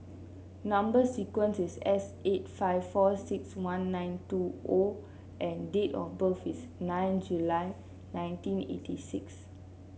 number sequence is S eight five four six one nine two O and date of birth is nine July nineteen eighty six